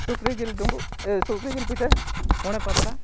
ᱥᱩᱠᱨᱤ ᱡᱤᱞ ᱰᱩᱢᱵᱩᱜ ᱥᱩᱠᱨᱤ ᱡᱤᱞ ᱯᱤᱴᱷᱟᱹ ᱢᱚᱬᱮ ᱯᱟᱛᱲᱟ